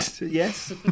Yes